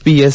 PS